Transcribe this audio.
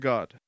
God